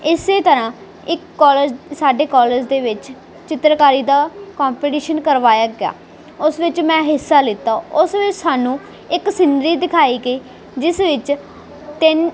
ਇਸੇ ਤਰ੍ਹਾਂ ਇੱਕ ਕਾਲਜ ਸਾਡੇ ਕਾਲਜ ਦੇ ਵਿੱਚ ਚਿੱਤਰਕਾਰੀ ਦਾ ਕੰਪੀਟੀਸ਼ਨ ਕਰਵਾਇਆ ਗਿਆ ਉਸ ਵਿੱਚ ਮੈਂ ਹਿੱਸਾ ਲਿਤਾ ਉਸ ਵਿੱਚ ਸਾਨੂੰ ਇੱਕ ਸਿੰਨਰੀ ਦਿਖਾਈ ਗਈ ਜਿਸ ਵਿੱਚ ਤਿੰਨ